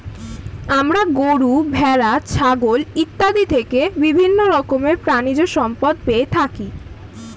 আমরা গরু, ভেড়া, ছাগল ইত্যাদি থেকে বিভিন্ন রকমের প্রাণীজ সম্পদ পেয়ে থাকি